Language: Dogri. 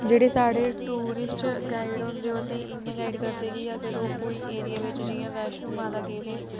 जेह्ड़े साढ़े टूरिस्ट गाइड होंदे ओह् असें गी इ'यां गाइड करदे कि अगर ओह् कोई ऐरिया बिच्च जियां बैश्नो माता गेदे